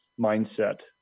mindset